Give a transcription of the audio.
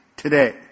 Today